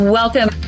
welcome